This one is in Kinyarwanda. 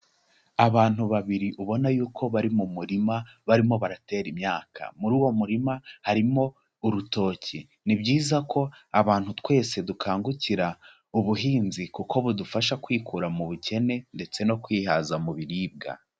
Abantu babiri ubona yuko bari mu murima barimo baratera imyaka, muri uwo murima harimo urutoki, ni byiza ko abantu twese dukangukira ubuhinzi kuko budufasha kwikura mu bukene ndetse no kwihaza mu biribwa.